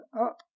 up